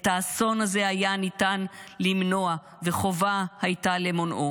את האסון הזה ניתן היה למנוע, וחובה הייתה למונעו